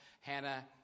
Hannah